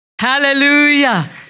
Hallelujah